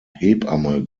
hebamme